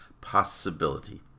possibility